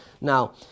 Now